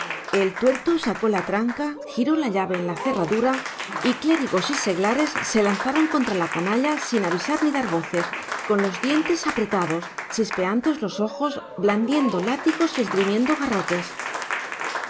el tuerto sacó la tranca giró la llave en la cerradura y clérigos y seglares se lanzaron contra la canalla sin avisar ni dar voces con los dientes apretados chispeantes los ojos blandiendo látigos y esgrimiendo garrotes